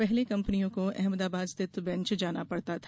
पहले कंपनियों को अहमदाबाद स्थित बेंच जाना पड़ता था